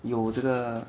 有这个